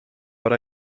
but